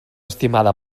estimada